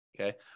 Okay